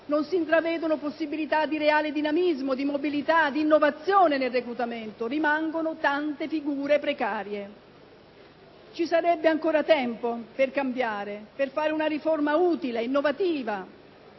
non si intravedono possibilità di reale dinamismo, mobilità, innovazione nel reclutamento; rimangono tante figure precarie. Ci sarebbe ancora il tempo per cambiare, per fare una riforma utile e innovativa.